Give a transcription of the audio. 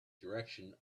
direction